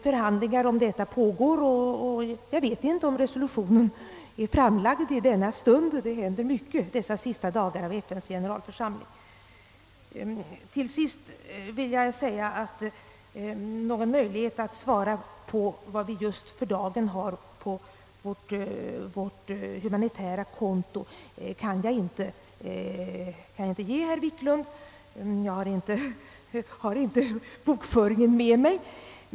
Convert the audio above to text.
Förhandlingarna om detta pågår, och jag vet i denna stund inte om resolutionen är framlagd — det händer mycket under de sista dagarna av en generalförsamlings session. Till sist vill jag säga att jag inte kan ge herr Wiklund något svar på frågan hur mycket vi just för dagen har på vårt »humanitära» konto; jag har inte bokföringen med mig.